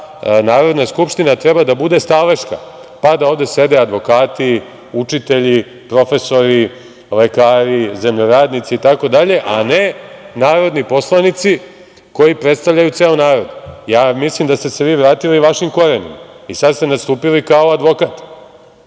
Narodna skupština treba da bude staleška, pa da ovde sede advokati, učitelji, profesori, lekari, zemljoradnici i tako dalje, a ne narodni poslanici koji predstavljaju ceo narod? Ja mislim da ste se vi vratili vašim korenima i sada ste nastupili kao advokat,